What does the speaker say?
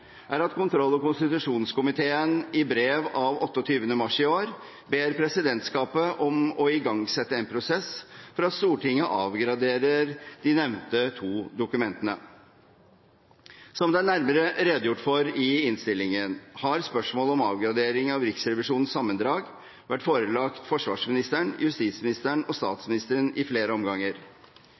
er at kontroll- og konstitusjonskomiteen i brev av 28. mars i år ber presidentskapet om å igangsette en prosess for at Stortinget avgraderer de nevnte to dokumentene. Som det er nærmere redegjort for i innstillingen, har spørsmålet om avgradering av Riksrevisjonens sammendrag vært forelagt forsvarsministeren, justisministeren og statsministeren i flere omganger.